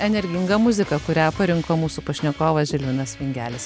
energinga muzika kurią parinko mūsų pašnekovas žilvinas vingelis